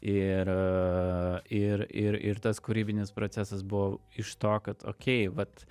ir ir ir ir tas kūrybinis procesas buvo iš to kad okei vat